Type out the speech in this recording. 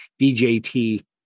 DJT